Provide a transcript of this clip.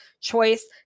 choice